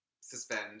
suspend